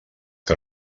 que